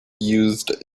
used